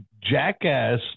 jackass